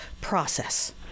process